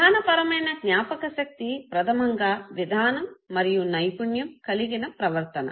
విధానపరమైన జ్ఞాపకశక్తి ప్రధమంగా విధానం మరియు నైపుణ్యం కలిగిన ప్రవర్తన